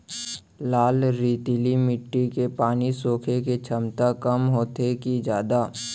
लाल रेतीली माटी के पानी सोखे के क्षमता कम होथे की जादा?